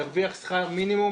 ירוויח שכר מינימום?